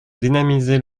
dynamiser